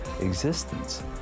existence